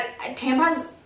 tampons